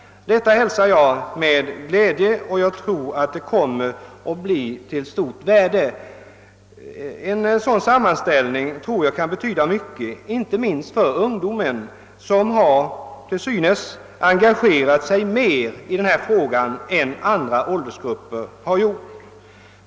Detta hälsar jag med glädje, och jag tror att den kommer att bli av stort värde. En sådan sammanställning kan betyda mycket, inte minst för ungdomen som i denna fråga synes ha engagerat sig mer än andra åldersgrupper.